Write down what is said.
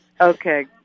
Okay